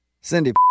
Cindy